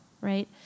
right